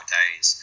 days